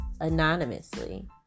anonymously